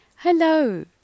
Hello